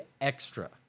extra